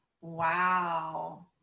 Wow